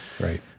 Right